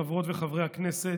חברות וחברי הכנסת,